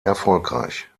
erfolgreich